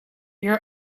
your